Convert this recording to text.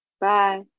Bye